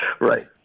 right